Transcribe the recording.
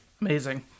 Amazing